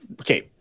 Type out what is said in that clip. okay